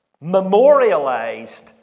memorialized